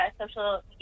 social